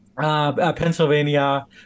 Pennsylvania